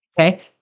okay